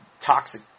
toxic